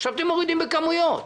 עכשיו אתם מורידים בכמויות.